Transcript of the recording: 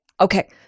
okay